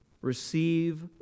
receive